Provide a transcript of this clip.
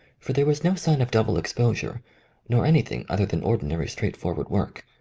for there was no sign of double exposure nor anything other than ordinary straightforward work.